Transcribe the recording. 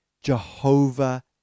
Jehovah